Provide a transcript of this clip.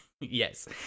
yes